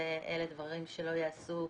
אלה דברים שלא יעשו,